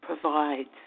provides